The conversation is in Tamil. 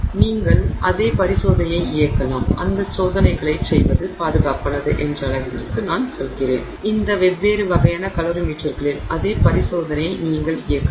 நீங்கள் அதே பரிசோதனையை இயக்கலாம் அந்த சோதனைகளைச் செய்வது பாதுகாப்பானது என்ற அளவிற்கு நான் சொல்கிறேன் இந்த வெவ்வேறு வகையான கலோரிமீட்டர்களில் அதே பரிசோதனையை நீங்கள் இயக்கலாம்